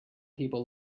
people